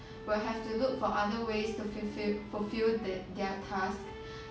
will have to look for other ways to fulfil fulfil the gap tasks